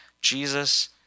Jesus